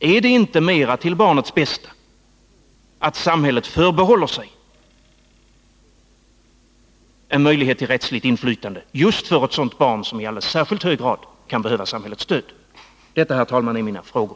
Är det inte mera till barnets bästa att samhället förbehåller sig en möjlighet till rättsligt inflytande just för ett sådant barn som i alldeles särskilt hög grad kan behöva samhällets stöd? Detta, herr talman, är mina frågor.